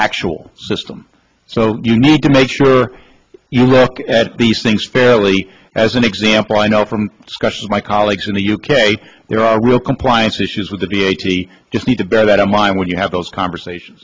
actual system so you need to make sure you look at these things fairly as an example i know from discussions my colleagues in the u k there are real compliance issues with the eighty just need to bear that in mind when you have those conversations